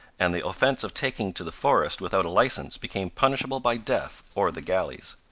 and the offence of taking to the forest without a licence became punishable by death or the galleys.